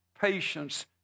patience